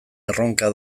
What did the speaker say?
erronka